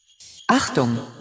Achtung